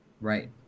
Right